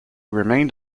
remained